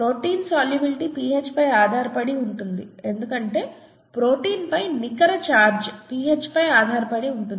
protein solubility pHపై ఆధారపడి ఉంటుంది ఎందుకంటే ప్రోటీన్పై నికర ఛార్జ్ pHపై ఆధారపడి ఉంటుంది